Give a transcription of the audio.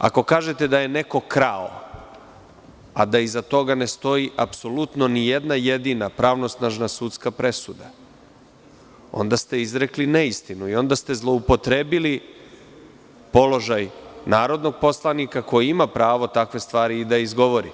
Ako kažete da je neko krao, a da iza toga ne stoji apsolutno ni jedna jedina pravnosnažna sudska presuda, onda ste izrekli neistinu i onda ste zloupotrebili položaj narodnog poslanika koji ima pravo takve stvari da izgovori,